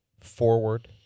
forward